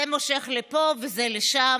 זה מושך לפה וזה לשם,